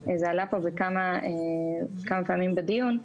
זה עלה פה כמה פעמים בדיון,